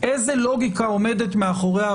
זו הגדרה שלא קיימת.